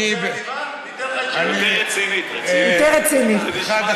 עכשיו, אני, אתה רוצה עניבה?